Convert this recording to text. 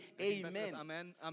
amen